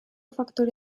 faktore